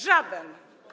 Żaden.